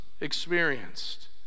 experienced